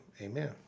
amen